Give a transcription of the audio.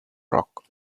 rock